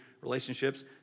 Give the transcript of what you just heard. relationships